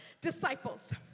disciples